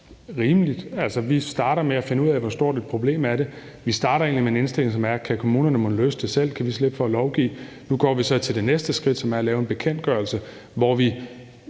rimelig måde. Vi starter med at finde ud af, hvor stort et problem det er. Vi starter egentlig med en indstilling, som lyder: Kan kommunerne mon løse det selv? Kan vi slippe for at lovgive? Nu går vi så til det næste skridt, som er at lave en bekendtgørelse, hvor vi